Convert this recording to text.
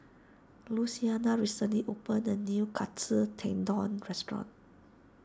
Luciana recently opened a new Katsu Tendon restaurant